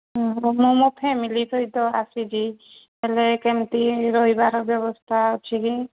ମୁଁ ମୋ ଫ୍ୟାମିଲି ସହିତ ଆସିଛି ହେଲେ କେମିତି ରହିବାର ବ୍ୟବସ୍ଥା ଅଛି କି